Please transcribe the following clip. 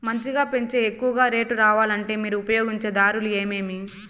మంచిగా పెంచే ఎక్కువగా రేటు రావాలంటే మీరు ఉపయోగించే దారులు ఎమిమీ?